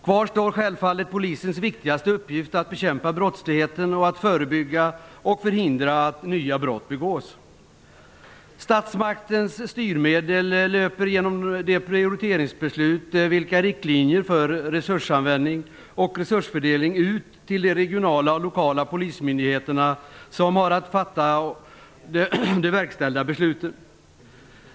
Kvar står självfallet polisens viktigaste uppgift, att bekämpa brottsligheten och att förebygga och förhindra att nya brott begås. Statsmaktens styrmedel löper genom de prioriteringsbeslut vilka är riktlinjer för resursanvändning och resursfördelning ut till de regionala och lokala polismyndigheterna som har att fatta de verkställande besluten.